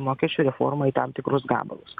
mokesčių reformą į tam tikrus gabalus